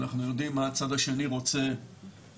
אנחנו יודעים מה הצד השני רוצה שיקרה,